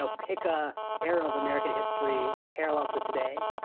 ah pick a era of american history it's parallel to today.